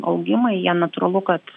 augimai jie natūralu kad